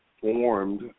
formed